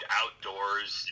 outdoors